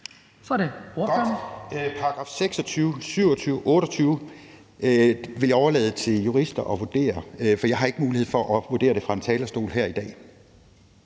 Per Husted (S): § 26, 27 og 28 vil jeg overlade til jurister at vurdere, for jeg har ikke mulighed for at vurdere det fra talerstolen her i dag.